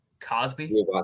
Cosby